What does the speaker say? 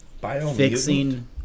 fixing